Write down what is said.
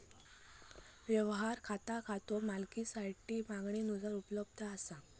व्यवहार खाता खातो मालकासाठी मागणीनुसार उपलब्ध असता